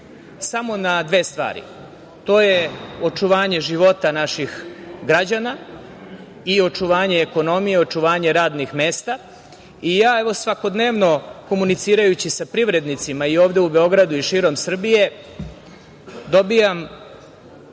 samo na dve stvari, to je očuvanje života naših građana i očuvanje ekonomije, očuvanje radnih mesta. Ja evo svakodnevno komunicirajući sa privrednicima i ovde u Beogradu i širom Srbije dobijam